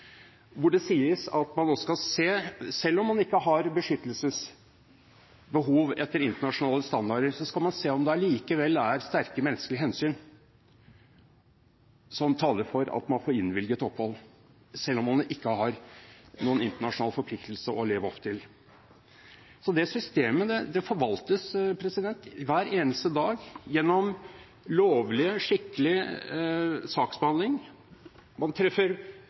hvor det sies at man skal se om det allikevel er sterke menneskelige hensyn som taler for at man får innvilget opphold, selv om man ikke har beskyttelsesbehov etter internasjonale standarder, og selv om man ikke har noen internasjonal forpliktelse å leve opp til. Så det systemet forvaltes hver eneste dag gjennom lovlig, skikkelig saksbehandling. Man treffer